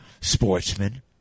sportsmen